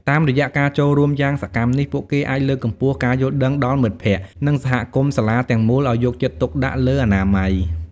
តាមរយៈការចូលរួមយ៉ាងសកម្មនេះ ពួកគេអាចលើកកម្ពស់ការយល់ដឹងដល់មិត្តភក្តិ និងសហគមន៍សាលាទាំងមូលឲ្យយកចិត្តទុកដាក់លើអនាម័យ។